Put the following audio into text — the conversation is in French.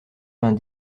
vingt